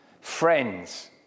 Friends